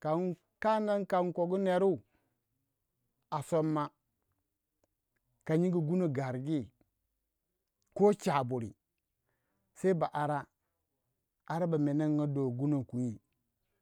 kan kogu neru a soma ka nying guno gargi ko cha buri sei ba ara. ara ba menenga do guno.